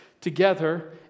together